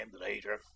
later